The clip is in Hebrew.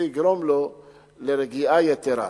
תיגרם לו רגיעה יתירה.